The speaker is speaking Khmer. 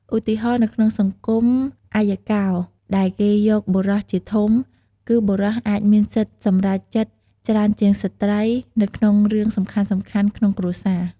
ឧទាហរណ៍ នៅក្នុងសង្គមអយ្យកោ ដែលគេយកបុរសជាធំ គឺបុរសអាចមានសិទ្ធិសម្រេចចិត្តច្រើនជាងស្ត្រីនៅក្នុងរឿងសំខាន់ៗក្នុងគ្រួសារ។